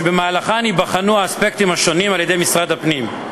שבמהלכן ייבחנו האספקטים השונים על-ידי משרד הפנים.